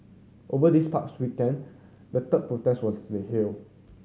over this past weekend the third protest was held